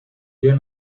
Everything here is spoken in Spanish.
vio